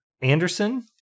Anderson